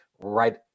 right